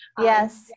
Yes